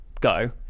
go